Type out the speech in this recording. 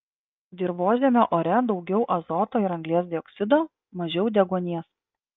dirvožemio ore daugiau azoto ir anglies dioksido mažiau deguonies